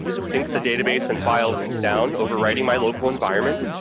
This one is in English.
sync the database and files down, overwriting my local environment,